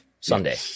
sunday